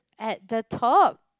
at the top